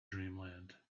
dreamland